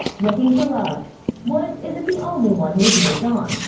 looking for love woods isn't the only one who's moved on.